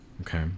Okay